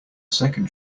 second